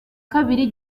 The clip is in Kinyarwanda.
kabiri